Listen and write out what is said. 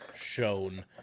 shown